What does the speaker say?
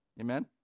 Amen